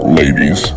ladies